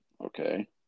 Okay